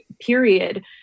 period